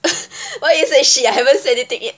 why you say shit I haven't say anything yet